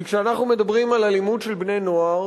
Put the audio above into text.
כי כשאנחנו מדברים על אלימות של בני-נוער